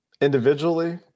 individually